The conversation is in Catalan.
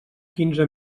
quinze